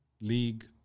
league